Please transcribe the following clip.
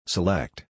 Select